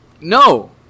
no